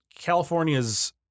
California's